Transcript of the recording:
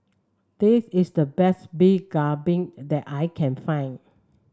this is the best Beef Galbi that I can find